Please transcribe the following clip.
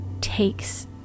takes